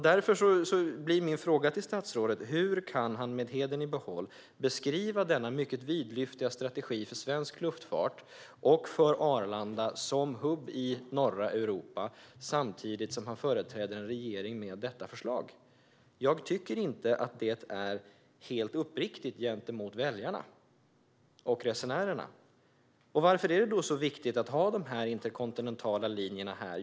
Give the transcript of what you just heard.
Därför blir min fråga till statsrådet: Hur kan han med hedern i behåll beskriva denna mycket vidlyftiga strategi för svensk luftfart och för Arlanda som hubb i norra Europa samtidigt som han företräder en regering med detta förslag? Jag tycker inte att det är helt uppriktigt gentemot väljarna och resenärerna. Och varför är det då så viktigt att ha dessa interkontinentala linjer här?